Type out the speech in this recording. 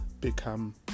become